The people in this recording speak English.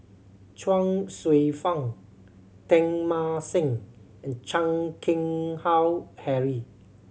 Chuang Hsueh Fang Teng Mah Seng and Chan Keng Howe Harry